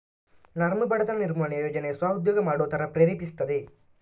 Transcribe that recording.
ನರ್ಮ್ ಬಡತನ ನಿರ್ಮೂಲನೆ ಯೋಜನೆ ಸ್ವ ಉದ್ಯೋಗ ಮಾಡುವ ತರ ಪ್ರೇರೇಪಿಸ್ತದೆ